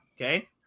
okay